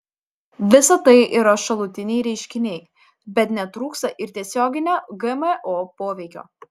visa tai yra šalutiniai reiškiniai bet netrūksta ir tiesioginio gmo poveikio